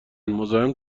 مزاحم